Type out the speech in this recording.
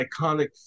iconic